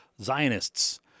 Zionists